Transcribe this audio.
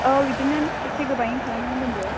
औ बिदिनो एसे गोबाङैनो खालामनानै दोनदो